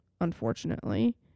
unfortunately